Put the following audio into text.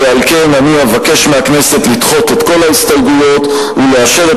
ועל כן אני אבקש מהכנסת לדחות את כל ההסתייגויות ולאשר את